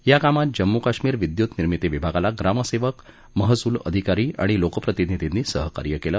या कामात जम्मू कश्मीर विद्युत निर्मिती विभागाला ग्राम सेवक महसूल अधिकारी आणि लोकप्रतिनिधींनी सहकार्य केलं